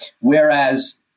whereas